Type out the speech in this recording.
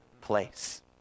place